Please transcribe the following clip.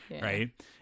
Right